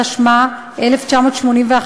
התשמ"א 1981,